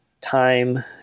time